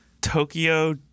Tokyo